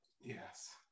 Yes